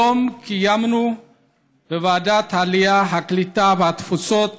היום קיימנו בוועדת העלייה, הקליטה והתפוצות